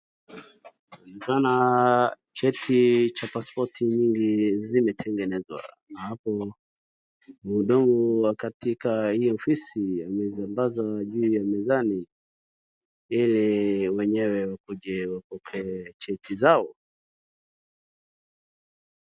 Naona cheti cha paspoti nyingi zimetengenezwa na hapo juu katika ofisi ni sambaza iliyo mezani ili wenyewe wakuje wapokee cheti zao.